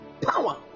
Power